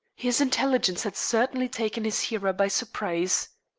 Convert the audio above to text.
his intelligence had certainly taken his hearer by surprise.